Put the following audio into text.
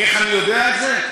איך אני יודע את זה?